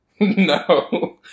No